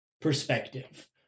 perspective